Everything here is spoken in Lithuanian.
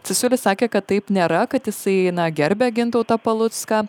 cesiulis sakė kad taip nėra kad jisai gerbia gintautą palucką